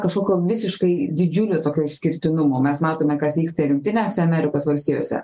kažkokio visiškai didžiulio tokio išskirtinumo mes matome kas vyksta ir jungtinėse amerikos valstijose